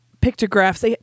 pictographs